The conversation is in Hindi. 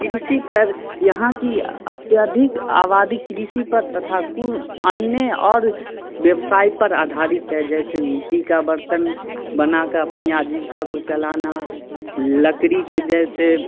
कृषि कर यहाँ की अत्यधिक आबादी कृषि पर तथा कुन अन्य और ब्यवसाय पर आधारित है जैसे मिट्टी का बर्तन बना कर अपनी आजीविका को चलाना लकड़ी के जैसे